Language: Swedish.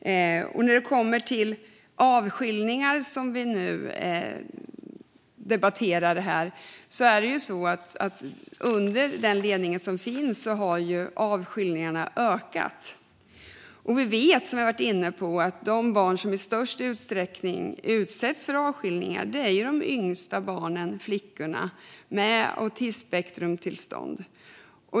När det gäller avskiljningar, som vi debatterar här, har de ökat under den ledning som finns. Som vi har varit inne på vet vi att de barn som i störst utsträckning utsätts för avskiljningar är de yngsta barnen - flickorna med autismspektrumtillstånd.